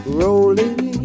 rolling